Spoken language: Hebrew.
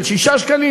של 4 שקלים,